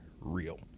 real